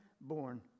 Born